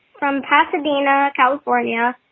from pasadena, california.